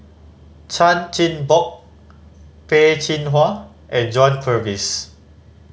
Chan Chin Bock Peh Chin Hua and John Purvis